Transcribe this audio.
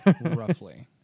Roughly